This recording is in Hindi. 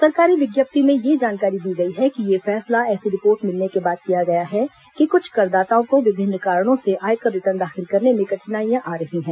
सरकारी विज्ञप्ति में ये जानकारी दी गई है कि यह फैसला ऐसी रिपोर्ट मिलने के बाद किया गया कि कुछ करदाताओं को विभिन्न कारणों से आयकर रिटर्न दाखिल करने में कठिनाइयां आ रही हैं